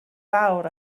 fawr